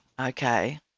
okay